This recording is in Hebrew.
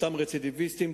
אותם רצידיביסטים,